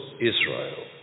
Israel